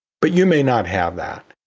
but you may not have that.